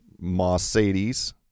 Mercedes